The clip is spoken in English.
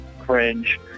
cringe